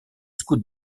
scouts